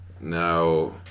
Now